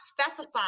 specify